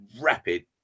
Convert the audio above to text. rapid